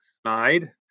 snide